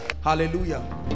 Hallelujah